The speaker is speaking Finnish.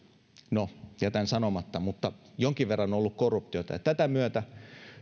no jätän sanomatta mutta jonkin verran on ollut korruptiota ja tämän myötä